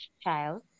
child